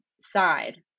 side